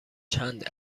چند